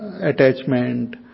attachment